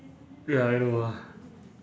ya I know ah